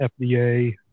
FDA